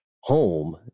home